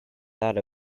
that